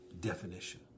definition